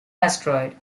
asteroid